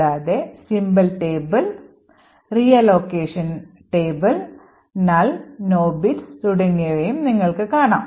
കൂടാതെ symbole table reallocation പട്ടിക NULL NOBITS തുടങ്ങിയവയും നിങ്ങൾക്ക് കാണാം